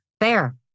Fair